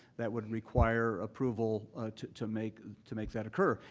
that would require approval to to make to make that occur.